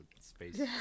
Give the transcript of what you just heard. space